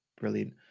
brilliant